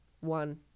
One